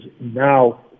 now